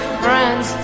friends